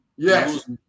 Yes